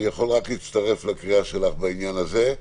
אני יכול רק להצטרף לקריאה שלך בעניין הזה.